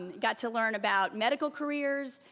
got to learn about medical careers,